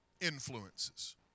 influences